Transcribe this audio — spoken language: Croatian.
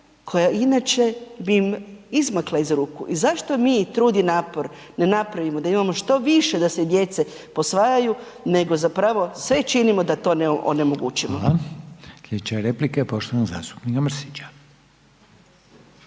koja inače bi im izmakla iz ruku i zašto mi trud i napor ne napravimo da imamo što više da se djece posvajaju nego zapravo sve činimo da to onemogućimo. **Reiner, Željko (HDZ)** Hvala.